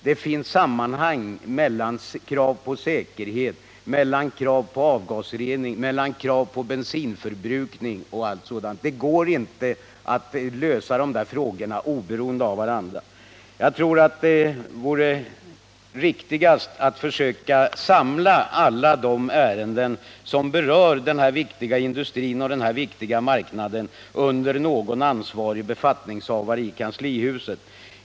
Det finns exempelvis klara samband mellan krav på säkerhet, avgasrening, bensinförbrukning osv., som gör att sådana frågor inte kan lösas oberoende av varandra. Jag tror att det vore riktigast att försöka samla alla ärenden som berör denna viktiga industri och denna betydelsefulla marknad under någon ansvarig befattningshavare i kanslihuset.